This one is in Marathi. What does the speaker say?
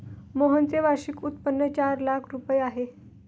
मोहनचे वार्षिक उत्पन्न चार लाख रुपये आहे